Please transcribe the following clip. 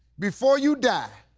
before you die,